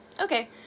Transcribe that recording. Okay